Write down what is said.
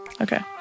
Okay